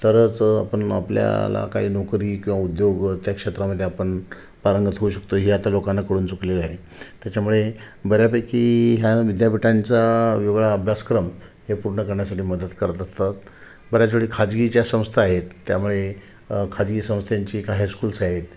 तरंच आपण आपल्याला काही नोकरी किंवा उद्योग त्या क्षेत्रामध्ये आपण पारंगत होऊ शकतो हे आता लोकांना कळून चुकलेलं आहे त्याच्यामुळे बऱ्यापैकी ह्या विद्यापीठांचा वेगळा अभ्यासक्रम हे पूर्ण करण्यासाठी मदत करत अतात बऱ्याचवेळी खाजगी ज्या संस्था आहेत त्यामुळे खाजगी संस्थेंची काय हायस्कूल्स आहेत